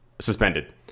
suspended